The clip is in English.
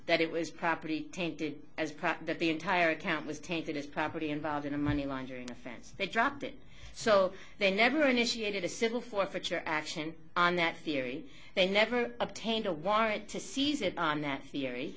that it was property tainted as pat that the entire account was tainted his property involved in a money laundering offense they dropped it so they never initiated a civil forfeiture action on that theory they never obtained a warrant to seize it on that theory